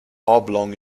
oblong